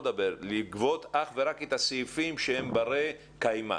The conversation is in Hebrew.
לגבות אך ורק את הסעיפים שהם ברי קיימא?